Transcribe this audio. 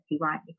right